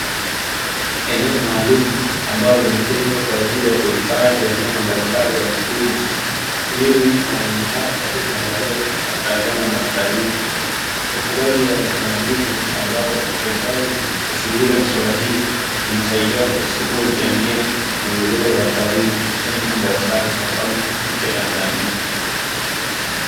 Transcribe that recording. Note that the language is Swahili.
Eneo maalumu ambalo limetengwa kwa ajili ya kuhifadhi wanyama mbalimbali wa mwituni ili wanyama hao wapate kuangaliwa na kutazamwa na watalii. Wafugaji wa wanyama mwitu ambao serikali hushughulika na swala hilo limesaidia kwa kiasi kikubwa kuchangia ongezeko la watalii katika nchi mbalimbali kwa mfano nchi ya Tanzania.